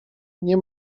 nie